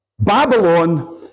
Babylon